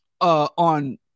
on